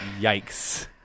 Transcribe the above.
yikes